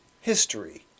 history